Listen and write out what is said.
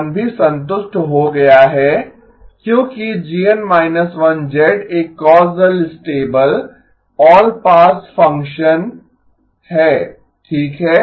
1 भी संतुष्ट हो गया है क्योंकि GN−1 एक causal stable all pass function है ठीक है